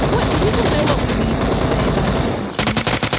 why do people know what we mean when we say my sticky shoes?